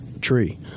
tree